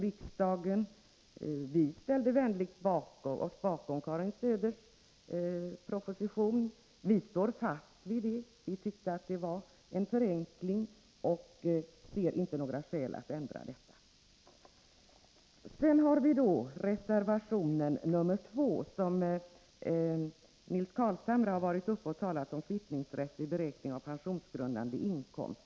Viställde oss vänligt bakom Karins Söders proposition, och vi står fast vid det. Vi tyckte att den innebar en förenkling och ser inte några skäl att ändra detta. Reservation nr 2 har Nils Carlshamre talat om, och den gäller kvittningsrätt vid beräkning av pensionsgrundande inkomst.